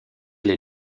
les